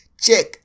Check